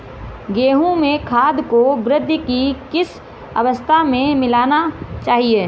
गेहूँ में खाद को वृद्धि की किस अवस्था में मिलाना चाहिए?